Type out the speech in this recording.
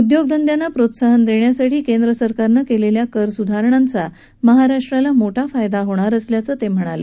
उद्योगधंद्यांना प्रोत्साहन देण्यासाठी केंद्र सरकारनं केलेल्या कर स्धारणांचा महाराष्ट्राला मोठा फायदा होणार असल्याचं ते म्हणाले